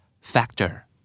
factor